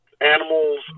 animals